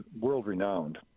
world-renowned